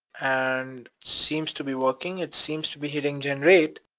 and seems to be working, it seems to be hitting generate.